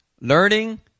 Learning